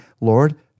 Lord